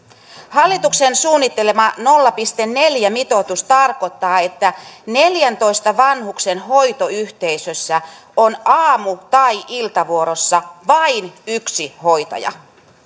hallituksen suunnittelema nolla pilkku neljä mitoitus tarkoittaa että neljäntoista vanhuksen hoitoyhteisössä on aamu tai iltavuorossa vain yksi hoitaja